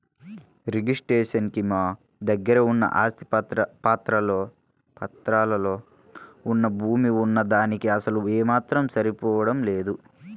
registration కి మా దగ్గర ఉన్న ఆస్తి పత్రాల్లో వున్న భూమి వున్న దానికీ అసలు ఏమాత్రం సరిపోడం లేదు